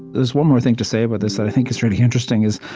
there's one more thing to say about this that i think is really interesting, is,